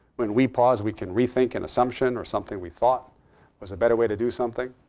when we pause, we can rethink an assumption or something we thought was a better way to do something.